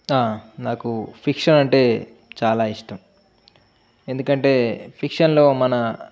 నాకు ఫిక్షన్ అంటే చాలా ఇష్టం ఎందుకంటే ఫిక్షన్లో మన